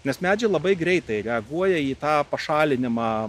nes medžiai labai greitai reaguoja į tą pašalinimą